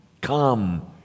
Come